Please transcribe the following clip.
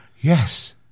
yes